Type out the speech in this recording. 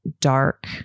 dark